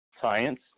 science